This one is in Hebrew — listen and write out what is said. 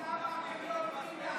העיקר צועקים למה אתם לא הולכים לעבוד.